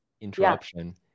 interruption